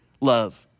love